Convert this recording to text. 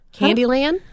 Candyland